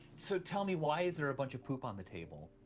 so tell me, why is there a bunch of poop on the table?